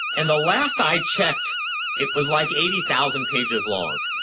and the last i checked it was like eighty thousand pages long.